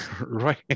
Right